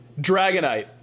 Dragonite